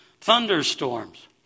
thunderstorms